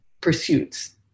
pursuits